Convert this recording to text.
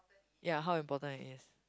ya how important it is